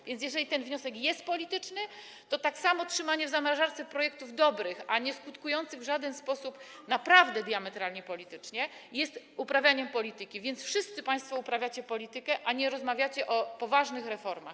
A więc jeżeli ten wniosek jest polityczny, to tak samo trzymanie w zamrażarce projektów dobrych i naprawdę nieskutkujących w żaden sposób diametralnie politycznie jest uprawianiem polityki, więc wszyscy państwo uprawiacie politykę, a nie rozmawiacie o poważnych reformach.